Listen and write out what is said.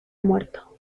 muerto